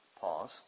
Pause